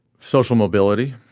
social mobility